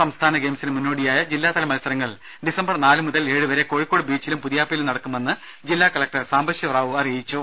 സംസ്ഥാന ഗെയിംസിന് മുന്നോടിയായ ജില്ലാതല മത്സരങ്ങൾ ഡിസംബർ നാല് മുതൽ ഏഴ് വരെ കോഴിക്കോട് ബീച്ചിലും പുതിയാപ്പയിലും നടക്കുമെന്ന് ജില്ലാ കലക്ടർ സാംബശിവ റാവു പറഞ്ഞു